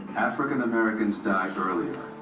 african-americans die earlier,